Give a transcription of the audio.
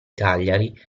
cagliari